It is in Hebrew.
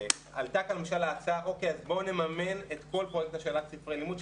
עלתה כאן ההצעה בואו נממן את כל פרויקט השאלת ספרי לימוד,